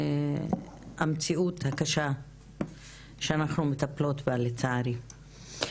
המציאות הקשה שאנחנו מטפלות בה, לצערי.